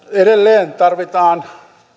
edelleen tarvitaan